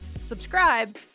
subscribe